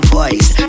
voice